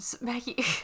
Maggie